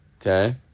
Okay